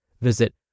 Visit